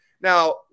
Now